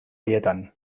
haietan